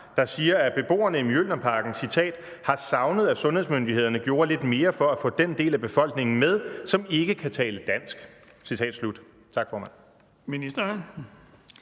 der siger, at beboerne i Mjølnerparken »har savnet, at sundhedsmyndighederne gjorde lidt mere for at få den del af befolkningen med, som ikke kan tale dansk«?